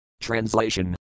Translation